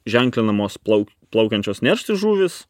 ženklinamos plauk plaukiančios neršti žuvys